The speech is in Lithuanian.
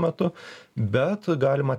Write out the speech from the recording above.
metu bet galima